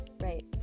right